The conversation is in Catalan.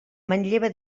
manlleva